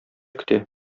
көтә